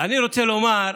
אני רוצה לומר,